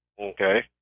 Okay